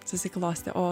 susiklostė o